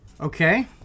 Okay